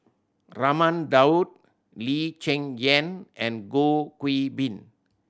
Raman Daud Lee Cheng Yan and Goh Gui Bin